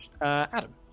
Adam